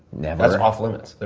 never? that's off limits. but